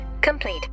complete